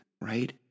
right